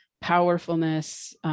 powerfulness